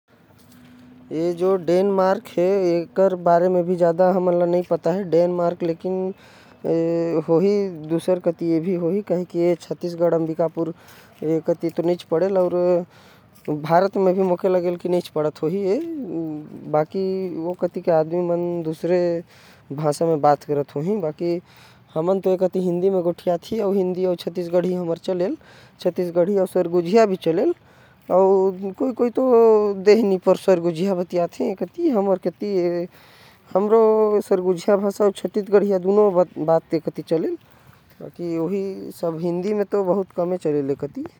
डेनमार्क के बारे मे मोके कुछ पता नही हवे। की वहा का करथे अउ का नही करथे। वहा के लोग मन शायद अंग्रेज़ी बोलथे। हमर छत्तीसगढ़ अउ सरगुजा के लोग मन सुरगुजिया। अउ छत्तीसगढ़िया बोलथे।